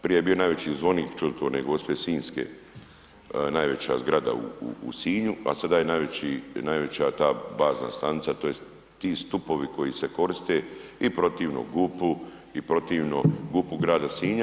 Prije je bio najveći zvonik čudotvorne Gospe Sinjske, najveća zgrada u Sinju, a sada je najveća ta bazna stanica tj. ti stupovi koji se koriste i protivno GUP-u i protivno GUP-u grada Sinja.